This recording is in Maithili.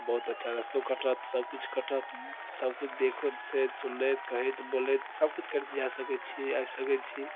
बहुत अच्छा रास्तो कटत सब किछु कटत सब किछु देखहोसँ सुनैत कहैत बोलैत सब किछु करैत जा सकैत छी आबि सकैत छी